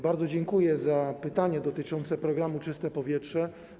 Bardzo dziękuję za pytanie dotyczące programu „Czyste powietrze”